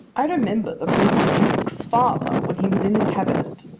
i remember the present duke's father when he was in the cabinet,